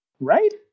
Right